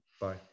Bye